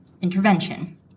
intervention